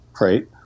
Right